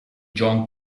john